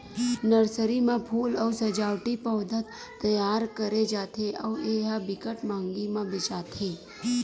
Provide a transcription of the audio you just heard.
nursery म फूल अउ सजावटी पउधा तइयार करे जाथे अउ ए ह बिकट मंहगी म बेचाथे